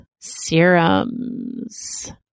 serums